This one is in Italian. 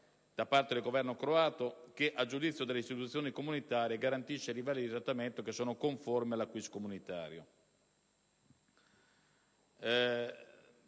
da parte del Governo croato che, a giudizio delle istituzioni comunitarie, garantisce livelli di trattamento che sono conformi all'*acquis* comunitario.